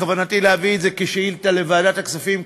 בכוונתי להביא את זה כשאילתה לוועדת הכספים,